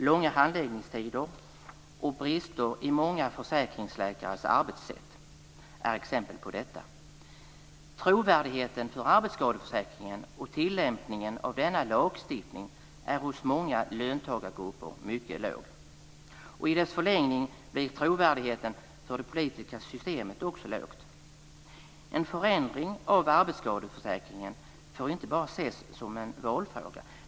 Långa handläggningstider och brister i många försäkringsläkares arbetssätt är exempel på detta. Många löntagargrupper anser att arbetsskadeförsäkringen och tillämpningen av denna lagstiftning har mycket låg trovärdighet. I förlängningen blir det politiska systemets trovärdighet också låg. En förändring av arbetsskadeförsäkringen får inte bara ses som en valfråga.